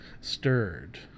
stirred